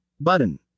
button